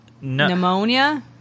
Pneumonia